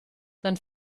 sein